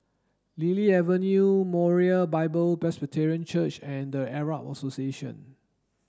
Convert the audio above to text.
Lily Avenue Moriah Bible Presby Church and The Arab Association